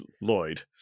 Lloyd